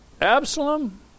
Absalom